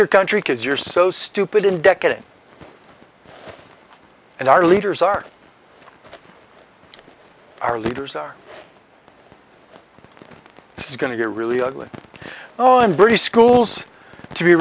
your country because you're so stupid in decking and our leaders are our leaders our this is going to get really ugly oh i'm british schools to be